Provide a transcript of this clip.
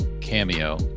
cameo